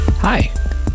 Hi